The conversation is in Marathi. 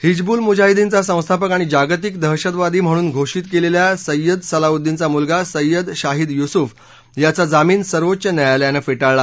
हिजबुल मुजाहिद्दीनचा संस्थापक आणि जागतिक दहशतवादी म्हणून घोषित केलेल्या सय्यद सलाउद्दीनचा मुलगा सय्यद शाहिद युसुफ यांचा जामीन सर्वोच्च न्यायालयानं फेटाळला